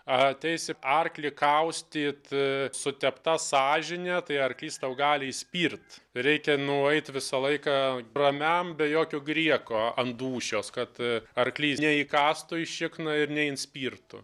ateisi arklį kaustyt sutepta sąžine tai arklys tau gali įspirt reikia nueit visą laiką ramiam be jokio grieko ant dūšios kad arklys neįkąstų į šikną ir neinspirtų